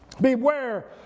Beware